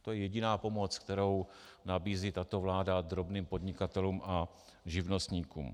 To je jediná pomoc, kterou nabízí tato vláda drobným podnikatelům a živnostníkům.